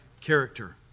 character